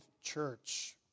church